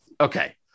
Okay